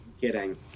kidding